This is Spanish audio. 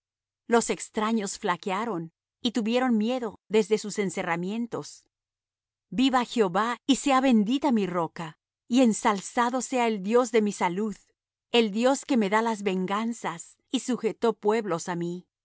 los extraños flaquearon y tuvieron miedo desde sus encerramientos viva jehová y sea bendita mi roca y ensalzado sea el dios de mi salud el dios que me da las venganzas y sujetó pueblos á mí